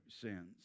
sins